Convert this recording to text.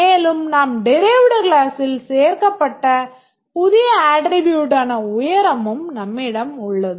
மேலும் நாம் derived கிளாசில் சேர்க்கப்பட்ட புதிய அட்ட்ரிபூட் ஆன உயரமும் நம்மிடம் உள்ளது